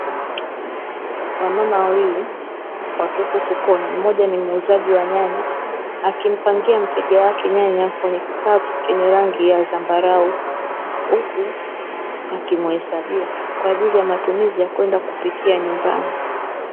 Wama wawili wakiwepo sokoni, mmoja ni muuzaji wa nyanya akimpangia mteja wake nyanya kwenye kikapu chenye rangi ya zambarau huku akimuhesabia kwa ajili ya matumizi ya kwenda kupikia nyumbani.